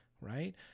right